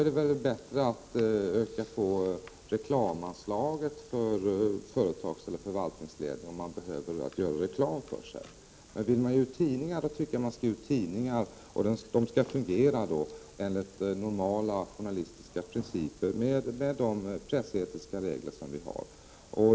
Det vore bättre att öka på reklamanslaget för företagseller förvaltningsledningen om de behöver göra reklam för sig. Vill man ge ut tidningar tycker jag att man skall ge ut tidningar. De skall fungera enligt normala journalistiska principer med de pressetiska regler som vi har.